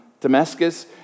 Damascus